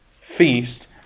feast